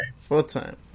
Full-time